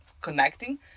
connecting